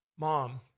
Mom